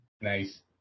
Nice